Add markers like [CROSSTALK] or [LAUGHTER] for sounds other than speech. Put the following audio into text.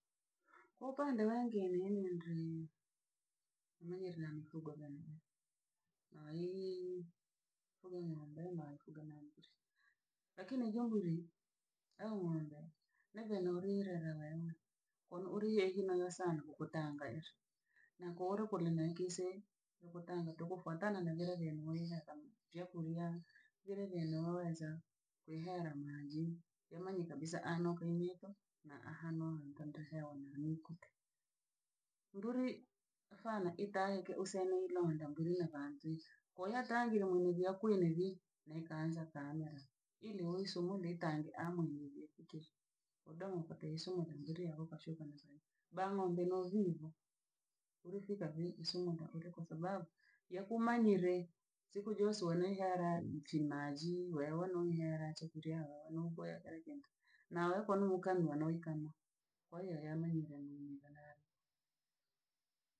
Opande wange nini ndrii, nirira mifugo maani, nayiyinyi, owing'ombe mba fuge na mburi. Lakini ijo mburi, au n'gombe, ne venye uri rela rere olo oloyehi nayo sana okotangaeshi na kuolo kolenakishe okotanga tu kufatana na vile [UNINTELLIGIBLE] vyakurya, vile vimeonza, kwiihela manjii, yamani kabisa ano kuiniko, na aha no ankantuse omiiniikuke. Mburui ha na iitaike useniilonda mburi ya vantuisa, koo yatangile mwenye nyakwene vii, ne ikaanza kaanira, ili uisumule itange aha mwenegekike, odome kwa keisumula mburi yako. [UNINTELLIGIBLE] Baa n'gombe no hivo, urifika vii isunda ulikosa sababu yekumanyire, siku josoe uihera ni chimaji lwelo ni hela chakurya [UNINTELLIGIBLE] anumbwe kira kintu. Na opo numukamila nawikamie, kwahiyo yaammanile veee. [UNINTELLIGIBLE]